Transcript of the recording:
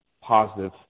positive